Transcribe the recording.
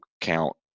count